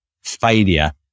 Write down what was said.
failure